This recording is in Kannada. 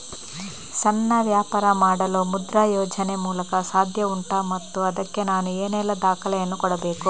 ಸಣ್ಣ ವ್ಯಾಪಾರ ಮಾಡಲು ಮುದ್ರಾ ಯೋಜನೆ ಮೂಲಕ ಸಾಧ್ಯ ಉಂಟಾ ಮತ್ತು ಅದಕ್ಕೆ ನಾನು ಏನೆಲ್ಲ ದಾಖಲೆ ಯನ್ನು ಕೊಡಬೇಕು?